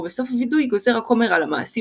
ובסוף הווידוי גוזר הכומר את המעשים